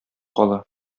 кала